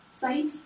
sites